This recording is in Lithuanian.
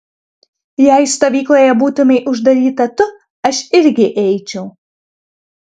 jei stovykloje būtumei uždaryta tu aš irgi eičiau